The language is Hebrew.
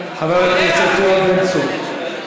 חבר הכנסת בן צור,